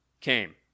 came